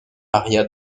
maria